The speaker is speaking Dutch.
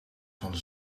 van